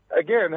again